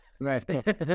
right